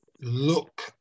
Look